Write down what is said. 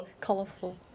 colorful